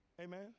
Amen